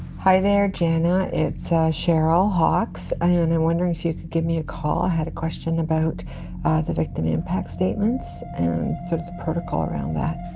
hi, there gianna, it's cheryl hawkes and i'm wondering if you could give me a call. i ah had a question about the victim impact statements and sort of the protocol around that.